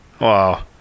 Wow